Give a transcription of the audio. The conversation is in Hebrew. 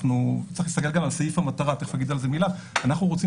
צריך גם להסתכל גם על סעיף המטרה אנחנו רוצים